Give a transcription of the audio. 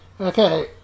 Okay